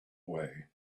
way